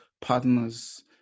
partners